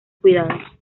cuidados